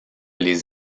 les